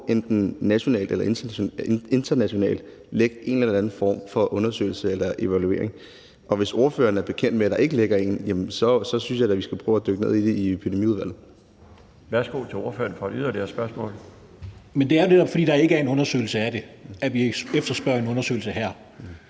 enten nationalt eller internationalt ligge en eller anden form for undersøgelse eller evaluering. Hvis ordføreren er bekendt med, at der ikke ligger en, så synes jeg da, vi skal prøve at dykke ned i det i Epidemiudvalget. Kl. 15:49 Den fg. formand (Bjarne Laustsen): Værsgo til spørgeren for yderligere et spørgsmål. Kl. 15:49 Steffen Larsen (LA): Men det er jo netop, fordi der ikke er en undersøgelse af det, at vi efterspørger en undersøgelse her.